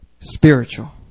spiritual